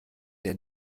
der